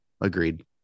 Agreed